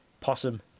Possum